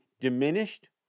diminished